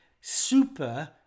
super